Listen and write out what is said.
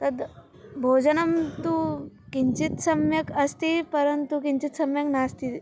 तद् भोजनं तु किञ्चित् सम्यक् अस्ति परन्तु किञ्चित् सम्यक् नास्ति